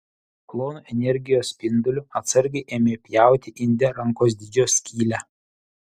plonu energijos spinduliu atsargiai ėmė pjauti inde rankos dydžio skylę